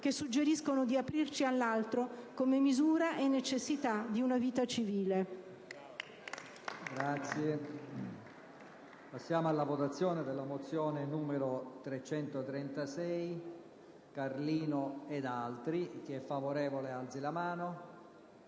che suggeriscono di aprirci all'altro come misura e necessità di una vita civile.